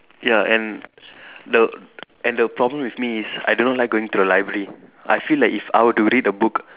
ya and the and the problem with me is I do not like going to the library I feel like if I were to read a book